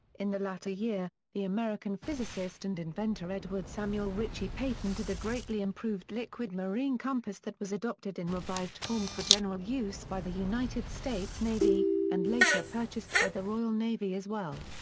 in the latter year, the american physicist and inventor edward samuel ritchie patented a greatly improved liquid marine compass was adopted in revised form for general use by the united states navy, and later purchased by the royal navy as well.